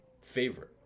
favorite